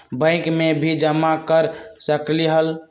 Bank में भी जमा कर सकलीहल?